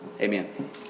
Amen